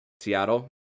Seattle